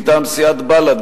מטעם סיעת בל"ד,